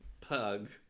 pug